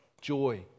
joy